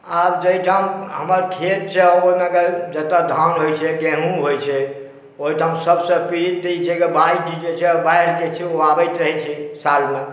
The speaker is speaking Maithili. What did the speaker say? आब जाहिठाम हमर खेत छै ओहिमे अगर जतऽ धान होइ छै गेहूॅंम होइ छै ओहिठाम सभसँ पीड़ित जे छै से बाढ़ि छै बाढ़िके सेहो आबैत रहै छै सालमे